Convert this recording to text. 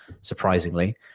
Surprisingly